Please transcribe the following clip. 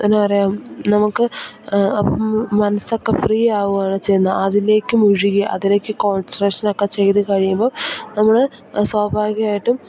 എന്നാൽ പറയാൻ നമുക്ക് മനസൊക്കെ ഫ്രീ ആവുകയാണ് ചെയ്യുന്നത് അതിലേക്ക് മുഴുകി അതിലേക്ക് കോൺസ്ട്രേഷൻ ഒക്കെ ചെയ്തു കഴിയുമ്പോൾ നമ്മൾ സ്വാഭാവികമായിട്ടും